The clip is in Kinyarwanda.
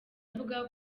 avuga